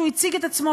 הוא הציג את עצמו,